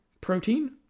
protein